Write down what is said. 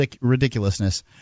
ridiculousness